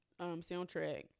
soundtrack